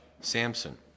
Samson